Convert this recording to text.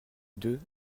deux